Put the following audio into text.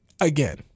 Again